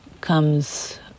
comes